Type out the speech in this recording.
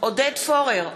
עודד פורר,